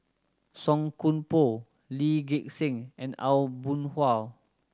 Song Koon Poh Lee Gek Seng and Aw Boon Haw